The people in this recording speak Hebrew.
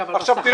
אני